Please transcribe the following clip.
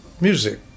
music